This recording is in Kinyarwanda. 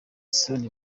son